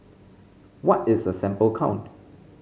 what is a sample count